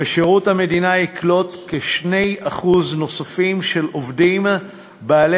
ושירות המדינה יקלוט כ-2% נוספים של עובדים בעלי